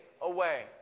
away